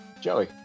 Joey